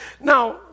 Now